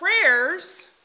prayers